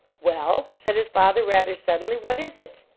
well, said his father, rather suddenly, what is it?